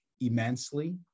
immensely